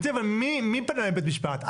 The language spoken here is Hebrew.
גבירתי, אבל מי פנה לבית משפט?